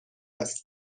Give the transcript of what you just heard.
است